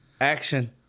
Action